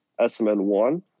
SMN1